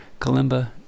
Kalimba